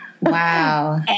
Wow